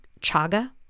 chaga